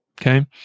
Okay